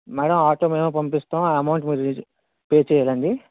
madam auto మేమే పంపిస్తాం amount మీరు పే చేయాలండీ